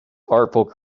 artful